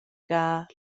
gada